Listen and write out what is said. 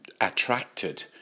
attracted